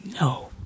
No